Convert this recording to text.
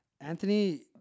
Anthony